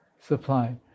supply